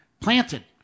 planted